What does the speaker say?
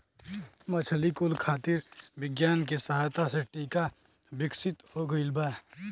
मछली कुल खातिर विज्ञान के सहायता से टीका विकसित हो गइल बा